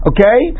Okay